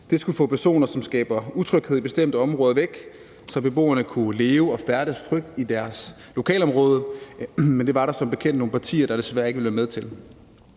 Det skulle få personer, som skaber utryghed i bestemte områder, væk, så beboerne kunne leve og færdes trygt i deres lokalområde, men det var der som bekendt nogle partier, der desværre ikke ville være med til.